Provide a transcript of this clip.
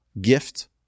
gift